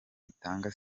bitanga